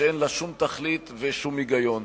שאין לה שום תכלית ושום היגיון.